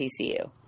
TCU